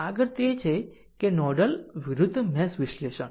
આગળ તે છે કે નોડલ વિરુદ્ધ મેશ વિશ્લેષણ